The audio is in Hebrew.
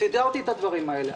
סידרתי את הדברים האלה.